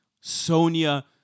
Sonia